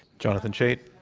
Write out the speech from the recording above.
jonathan chait?